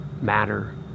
matter